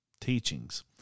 teachings